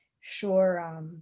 sure